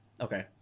okay